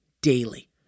daily